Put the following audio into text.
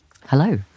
Hello